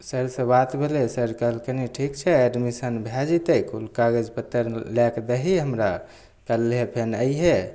सरसँ बात भेलय सर कहलखिन ठीक छै एडमिशन भए जेतय कोनो कागज पत्तर लए कऽ दही हमरा कल्हे फेन अइहे